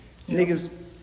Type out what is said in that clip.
Niggas